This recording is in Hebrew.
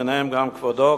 ביניהם גם כבודו,